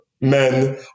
men